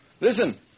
Listen